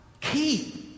keep